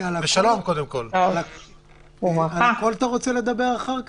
על הכול אתה רוצה לדבר אחר כך?